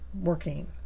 working